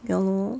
ya lor